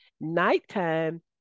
Nighttime